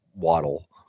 Waddle